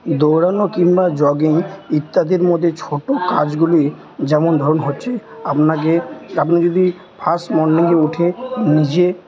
দৌড়ানো কিংবা জগিং ইত্যাদির মধ্যে ছোটো কাজগুলি যেমন ধরুন হচ্ছে আপনাকে আপনি যদি ফাস্ট মর্নিংয়ে উঠে নিজে